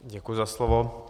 Děkuji za slovo.